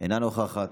אינה נוכחת,